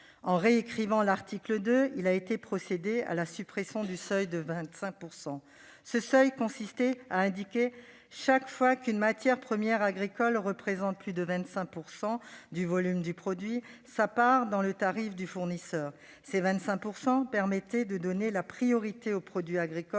la réécriture de l'article 2, à la suppression du seuil de 25 %. Il s'agissait d'indiquer, chaque fois qu'une matière première agricole représente plus de 25 % du volume du produit, sa part dans le tarif du fournisseur. Ce seuil de 25 % permettait de donner la priorité aux produits agricoles